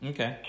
Okay